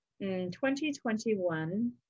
2021